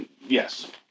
yes